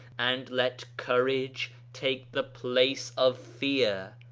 and let courage take the place of fear.